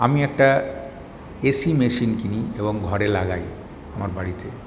আমি একটা AC machine কিনি এবং ঘরে লাগাই আমার বাড়িতে